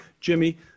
Jimmy